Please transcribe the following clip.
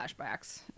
flashbacks